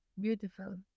Beautiful